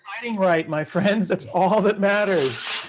lighting right, my friends. it's all that matters.